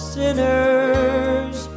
sinners